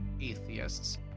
atheists